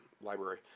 library